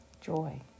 Joy